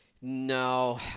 No